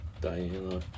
Diana